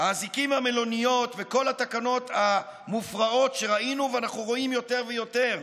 האזיקים והמלוניות וכל התקנות המופרעות שראינו ואנחנו רואים יותר ויותר,